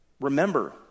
remember